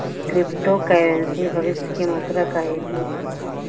crypto currency भविष्य के मुद्रा क एक रूप हौ